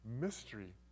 mystery